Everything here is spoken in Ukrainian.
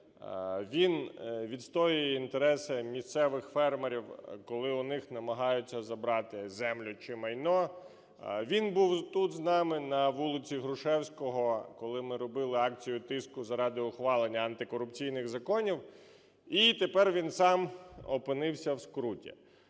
Він відстоює інтереси місцевих фермерів, коли у них намагаються забрати землю чи майно. Він був тут з нами, на вулиці Грушевського, коли ми робили акцію тиску заради ухвалення антикорупційних законів. І тепер він сам опинився в скруті: